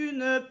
Une